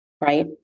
right